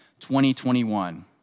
2021